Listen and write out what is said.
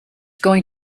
going